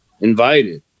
invited